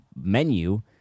menu